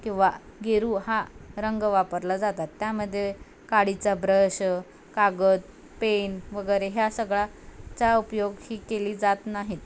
किंवा गेरू हा रंग वापरला जातात त्यामध्येे काडीचा ब्रश कागद पेन वगैरे ह्या सगळ्या चा उपयोग ही केली जात नाहीत